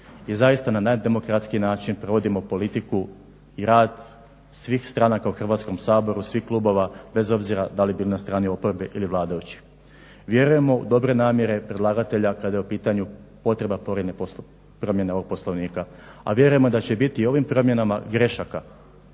i zaista na najdemokratskiji način provodimo politiku i rad svih stranaka u Hrvatskom saboru, svih klubova, bez obzira da li bili na strani oporbe ili vladajućih. Vjerujemo u dobre namjere predlagatelja kada je u pitanju potreba promjene ovog Poslovnika, a vjerujemo da će biti i u ovim promjenama grešaka